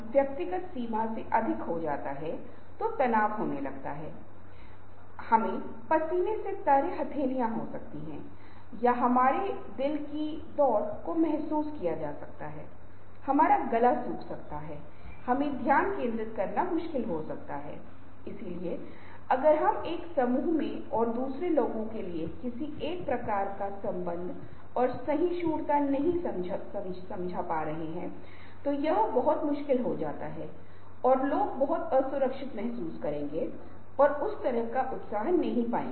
फिर अगल योजना व्यवहार है जैसे कि लक्ष्य निर्धारित करना कार्यों की योजना बनाना विभिन्न गतिविधियों या कार्यों या नौकरियों को प्राथमिकता देना कार्य सूची बनाना समूहन कार्य जो समय के प्रभावी उपयोग के लिए लक्ष्य रखते हैं फिर व्यवहार की निगरानी और नियंत्रण करना और इस मामले में जो निरीक्षण करना है एक प्रतिक्रिया पाश लूप Loop उत्पन्न करता है